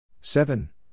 seven